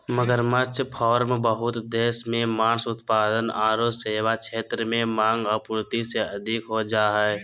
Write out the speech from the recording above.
मगरमच्छ फार्म बहुत देश मे मांस उत्पाद आरो सेवा क्षेत्र में मांग, आपूर्ति से अधिक हो जा हई